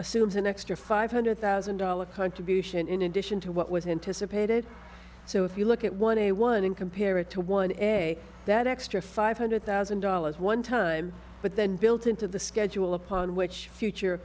assumes an extra five hundred thousand dollars contribution in addition to what was anticipated so if you look at one a one and compare it to one essay that extra five hundred thousand dollars one time but then built into the schedule upon which future